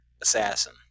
assassin